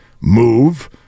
move